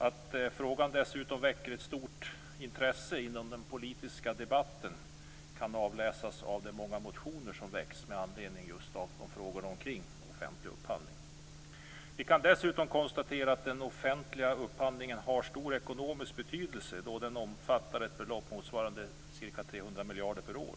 Att frågan dessutom väcker ett stort intresse inom den politiska debatten kan avläsas av de många motioner som väckts med anledning av just frågor kring offentlig upphandling. Vi kan dessutom konstatera att den offentliga upphandlingen har stor ekonomisk betydelse, då den omfattar ett belopp motsvarande ca 300 miljarder per år.